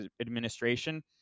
administration